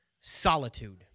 solitude